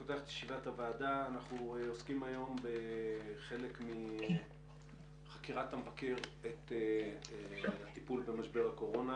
אנו עוסקים היום בחלק מחקירת המבקר את הטיפול במשבר הקורונה.